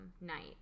night